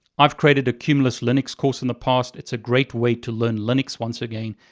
i've created a cumulus linux course in the past, it's a great way to learn linux, once again,